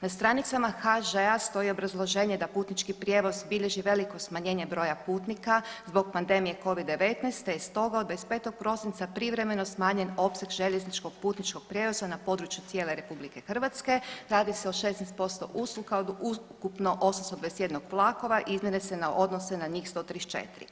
Na stranicama HŽ-a stoji obrazloženje da putnički prijevoz bilježi veliko smanjenje broja putnika zbog pandemije Covid-19, te je stoga od 25. prosinca privremeno smanjen opseg željezničkog putničkog prijevoza na području cijele RH, radi se o 16% usluga od ukupno 821 vlakova i … [[Govornik se ne razumije]] na odnose njih 134.